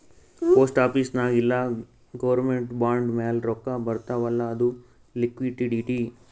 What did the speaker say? post office ನಾಗ್ ಇಲ್ಲ ಗೌರ್ಮೆಂಟ್ದು ಬಾಂಡ್ ಮ್ಯಾಲ ರೊಕ್ಕಾ ಬರ್ತಾವ್ ಅಲ್ಲ ಅದು ಲಿಕ್ವಿಡಿಟಿ